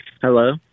Hello